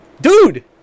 dude